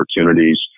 opportunities